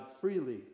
freely